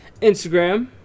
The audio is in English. Instagram